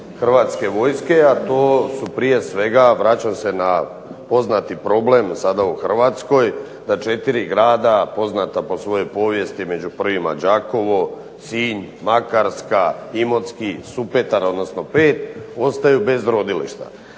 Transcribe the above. Hrvatske vojske, a to su prije svega vraćam se na poznati problem sada u Hrvatskoj, da 4 grada poznata po svojoj povijesti među prvima Đakovo, Sinj, Makarska, Imotski, Supetar odnosno 5 ostaju bez rodilišta.